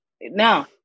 No